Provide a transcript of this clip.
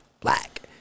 Black